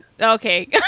okay